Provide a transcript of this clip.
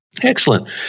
Excellent